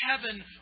heaven